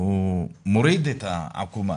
הוא מוריד את העקומה.